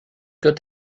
got